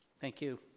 thank you.